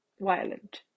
violent